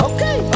Okay